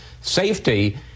safety